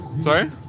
Sorry